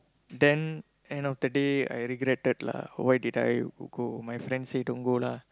then end of the day I regretted lah why did I go my friend said don't go lah